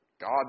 God